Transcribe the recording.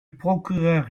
procureur